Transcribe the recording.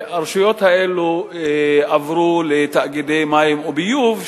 הרשויות האלה עברו לתאגידי מים וביוב,